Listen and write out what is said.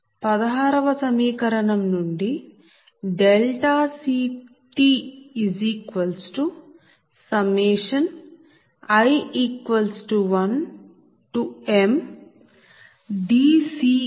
16 వ సమీకరణం నుండి CT i1mdCiPgi0dPgi